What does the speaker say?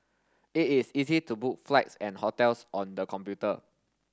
it is easy to book flights and hotels on the computer